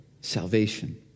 salvation